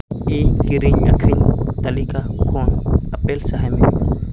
ᱠᱤᱨᱤᱧ ᱟᱹᱠᱷᱨᱤᱧ ᱛᱟᱹᱞᱤᱠᱟ ᱠᱷᱚᱱ ᱟᱯᱮᱞ ᱥᱟᱦᱟᱭ ᱢᱮ